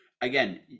Again